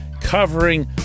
covering